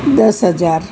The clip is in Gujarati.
દસ હજાર